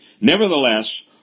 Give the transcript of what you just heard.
Nevertheless